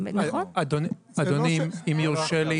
אדוני, אם יורשה לי.